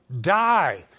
die